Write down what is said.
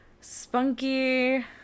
spunky